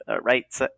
right